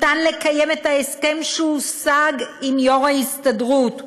אפשר לקיים את ההסכם שהושג עם יו"ר ההסתדרות.